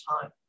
time